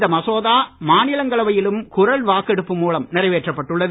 இந்த மசோதா மாநிலங்களவையிலும் குரல் வாக்கெடுப்பு மூலம் நிறைவேற்றப்பட்டுள்ளது